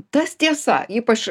tas tiesa ypač